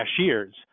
cashiers